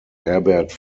herbert